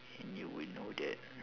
and you will know that